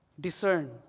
Discern